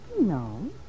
No